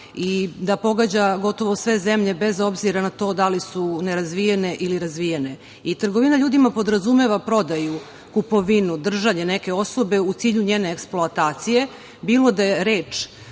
i da pogađa gotovo sve zemlje bez obzira na to da li su nerazvijene ili razvijene i trgovina ljudima podrazumeva prodaju, kupovinu, držanje neke osobe u cilju njene eksploatacije, bilo da je reč